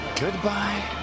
Goodbye